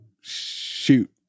shoot